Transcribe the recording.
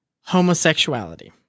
homosexuality